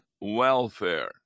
welfare